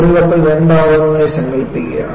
ഒരു കപ്പൽ 2 ആകുന്നതായി സങ്കൽപ്പിക്കുക